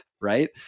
right